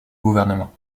gouvernement